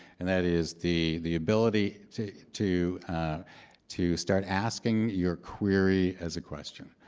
and that is the the ability to to to start asking your query as a question,